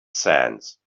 sands